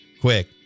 quick